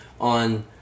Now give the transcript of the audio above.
On